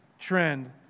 trend